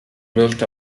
built